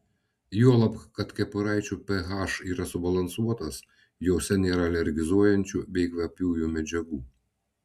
juolab kad kepuraičių ph yra subalansuotas jose nėra alergizuojančių bei kvapiųjų medžiagų